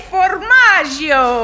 Formaggio